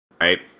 Right